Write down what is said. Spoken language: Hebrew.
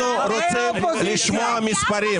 חברי האופוזיציה --- אנחנו רוצים לשמוע מספרים.